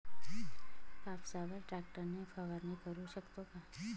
कापसावर ट्रॅक्टर ने फवारणी करु शकतो का?